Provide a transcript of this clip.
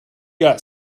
got